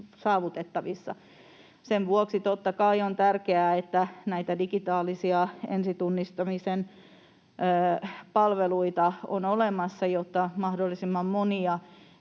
Sen vuoksi on totta kai tärkeää, että näitä digitaalisia ensitunnistamisen palveluita on olemassa, jotta mahdollisimman monia